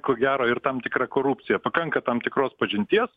ko gero ir tam tikra korupcija pakanka tam tikros pažinties